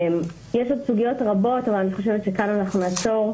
יש עוד סוגיות רבות אבל אני חושבת שכאן נעצור.